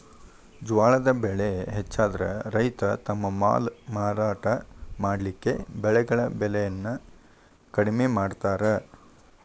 ಜ್ವಾಳದ್ ಬೆಳೆ ಹೆಚ್ಚಾದ್ರ ರೈತ ತಮ್ಮ ಮಾಲ್ ಮಾರಾಟ ಮಾಡಲಿಕ್ಕೆ ಬೆಳೆಗಳ ಬೆಲೆಯನ್ನು ಕಡಿಮೆ ಮಾಡತಾರ್